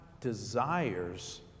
desires